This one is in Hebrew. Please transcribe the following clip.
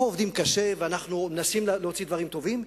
אנחנו עובדים קשה ואנחנו מנסים להוציא דברים טובים.